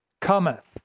cometh